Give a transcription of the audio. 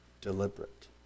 deliberate